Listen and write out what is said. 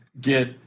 get